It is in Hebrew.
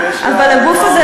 אבל הגוף הזה,